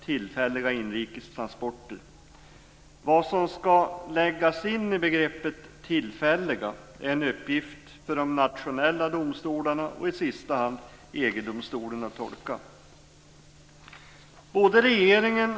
Både regeringen och vi i utskottsmajoriteten bedömer att de nu gällande reglerna för internationell vägtrafik i Sverige inte står i strid med de EG förordningar som reglerar cabotagetrafik. Någon gemenskapspraxis inom EU som belyser hur EG förordningarna ska tolkas har ännu inte hunnit växa fram. Det är därför i dagsläget inte meningsfullt att tillsätta en utredning i den här frågan. Herr talman!